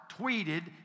tweeted